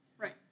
Right